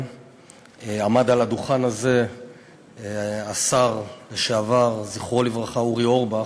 עמד על הדוכן הזה השר לשעבר אורי אורבך,